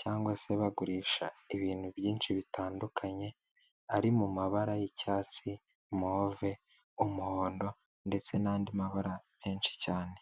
cyangwa se bagurisha ibintu byinshi bitandukanye, ari mu mabara y'icyatsi, move, umuhondo ndetse n'andi mabara, menshi cyane.